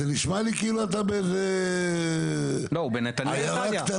זה נשמע לי כאילו אתה באיזו עיירה קטנה.